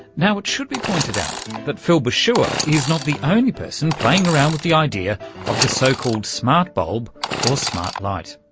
now, it should be pointed out that phil but bosua is not the only person playing around with the idea of the so-called smart bulb or smart light.